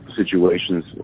situations